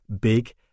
big